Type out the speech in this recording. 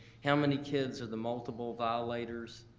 how many kids are the multiple violators,